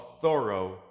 thorough